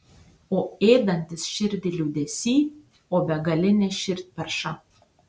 o ėdantis širdį liūdesy o begaline širdperša